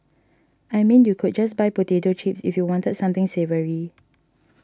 I mean you could just buy potato chips if you wanted something savoury